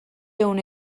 ehun